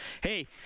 Hey